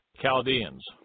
Chaldeans